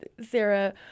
Sarah